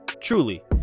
Truly